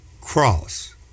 cross